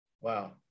wow